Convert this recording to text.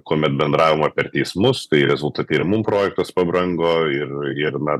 kuomet bendravimo per teismus tai rezultate ir mum projektas pabrango ir ir na